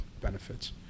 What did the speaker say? benefits